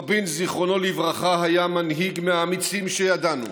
רבין, זיכרונו לברכה, היה מנהיג מהאמיצים שידענו,